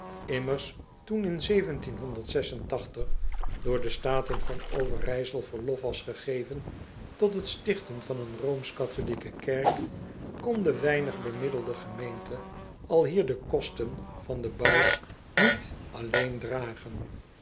mmers toen in door de taten van verijsel verlof was gegeven tot het stichten van een kerk kon de weinig bemiddelde gemeente alhier de kosten van den bouw niet alleen dragen